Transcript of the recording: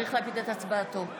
אנחנו באמצע הצבעה, יא זלמה.